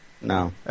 No